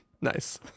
Nice